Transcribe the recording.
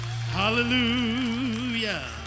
Hallelujah